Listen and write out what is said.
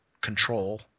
control